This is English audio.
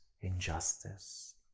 injustice